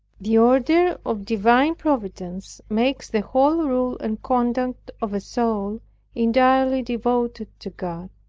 the order of divine providence makes the whole rule and conduct of a soul entirely devoted to god.